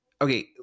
okay